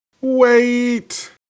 wait